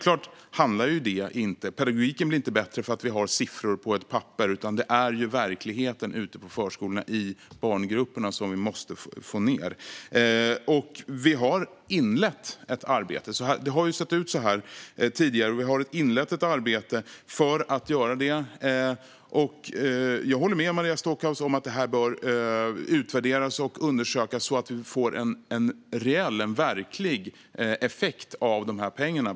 Pedagogiken blir inte bättre för att vi har siffror på ett papper, utan vi måste få ned antalet i barngrupperna i verkligheten ute på förskolorna. Det har ju sett ut så här tidigare, och vi har inlett ett arbete för att göra detta. Jag håller med Maria Stockhaus om att detta bör utvärderas och undersökas så att vi får en verklig effekt av dessa pengar.